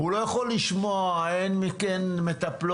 הוא לא יכול לשמוע אין מטפלות,